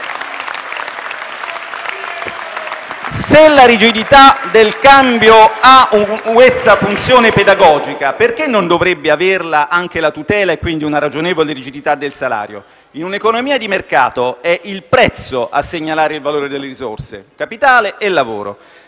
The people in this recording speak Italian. se la rigidità del cambio ha questa funzione pedagogica, perché non dovrebbe averla anche la tutela e quindi una ragionevole rigidità del salario? In un'economia di mercato è il prezzo a segnalare il valore delle risorse: capitale e lavoro.